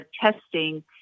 testing